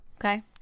okay